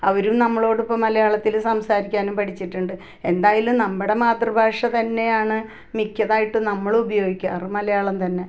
അവരും നമ്മളോട് ഇപ്പം മലയാളത്തിൽ സംസാരിക്കാനും പഠിച്ചിട്ടുണ്ട് എന്തായാലും നമ്മുടെ മാതൃഭാഷ തന്നെയാണ് മിക്കതായിട്ടും നമ്മൾ ഉപയോഗിക്കാറുള്ളത് മലയാളം തന്നെ